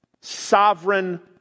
sovereign